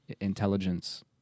intelligence